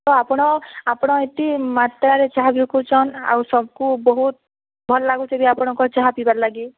ତ ଆପଣ ଆପଣ ଏତେ ମାତ୍ରାରେ ଚାହା ବିକୁଚନ୍ ଆଉ ସବ୍ କୁ ବହୁତ୍ ଭଲ୍ ଲାଗୁଛି ବି ଆପଣଙ୍କ ଚାହା ପିଇବାର ଲାଗି